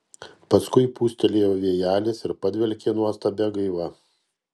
paskui pūstelėjo vėjelis ir padvelkė nuostabia gaiva